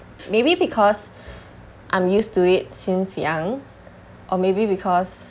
maybe because I'm used to it since young or maybe because